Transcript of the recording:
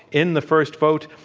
in the first vote,